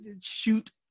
shoot